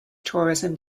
tourism